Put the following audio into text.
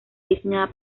diseñada